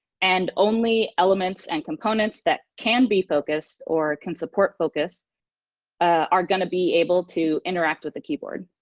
and only elements and components that can be focused or can support focus are going to be able to interact with the keyboard.